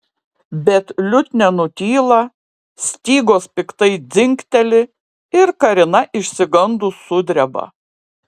bet liutnia nutyla stygos piktai dzingteli ir karina išsigandus sudreba